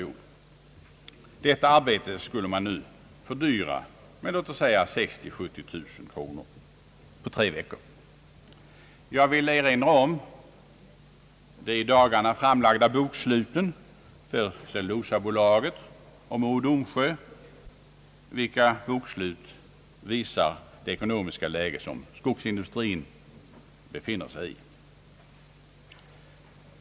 Detta arbete skulle nu fördyras med låt oss säga 60 000—70 000 kronor för en treveckorsperiod. Jag vill erinra om de i dagarna framlagda boksluten för Cellulosabolaget samt Mo och Domsjö, vilka bokslut visar det ekonomiska läge som skogsindustrin befinner sig i.